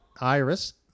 Iris